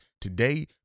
today